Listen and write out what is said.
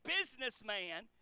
businessman